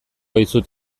dizut